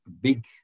big